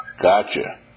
Gotcha